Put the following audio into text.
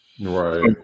Right